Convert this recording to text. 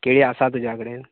हय केळीं आसा तुजा कडेन